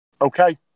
Okay